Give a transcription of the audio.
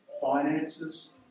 finances